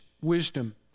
wisdom